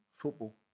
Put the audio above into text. football